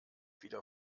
wieder